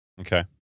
Okay